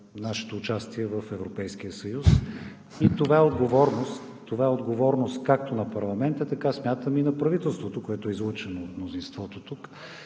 нашето участие в Европейския съюз. Смятам, че това е отговорност както на парламента, така и на правителството, което е излъчено от мнозинството тук.